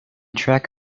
track